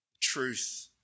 truth